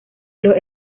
los